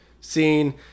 scene